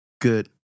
good